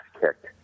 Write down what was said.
kicked